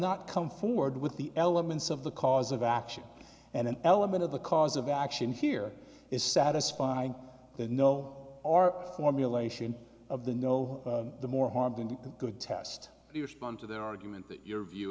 not come forward with the elements of the cause of action and an element of the cause of action here is satisfying the no are formulation of the no more harm than good test respond to the argument that your view